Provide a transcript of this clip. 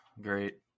great